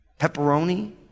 pepperoni